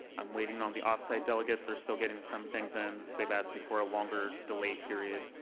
i'm waiting on the off-site delegates. they're still getting some things in. they've asked me for a longer delay period.